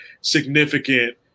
significant